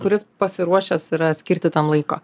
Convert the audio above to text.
kuris pasiruošęs yra skirti tam laiko